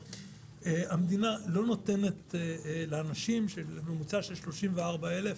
המדינה לא נותנת לאנשים שהם בממוצע של 34 דירה.